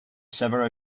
several